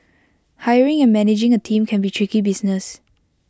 hiring and managing A team can be tricky business